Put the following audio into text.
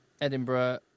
Edinburgh